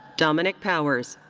domenick powers.